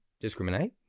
discriminate